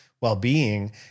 well-being